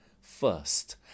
first